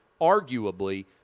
arguably